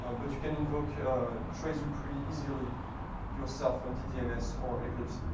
um but you can invoke traceview pretty easily yourself from the dms or eclipse.